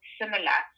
similar